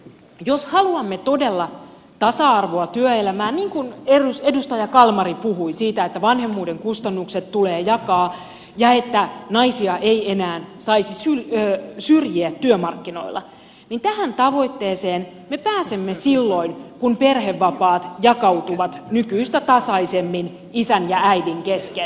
jos haluamme todella tasa arvoa työelämään niin kuin edustaja kalmari puhui siitä että vanhemmuuden kustannukset tulee jakaa ja että naisia ei enää saisi syrjiä työmarkkinoilla niin tähän tavoitteeseen me pääsemme silloin kun perhevapaat jakautuvat nykyistä tasaisemmin isän ja äidin kesken